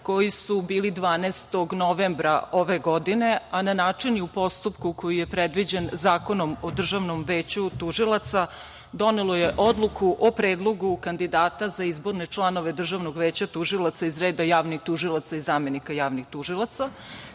koji su bili 12. novembra ove godine, a na način i u postupku koji je predviđen Zakonom o DVT, donelo je Odluku o predlogu kandidata za izborne članove DVT iz reda javnih tužilaca i zamenika javnih tužilaca,